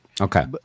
Okay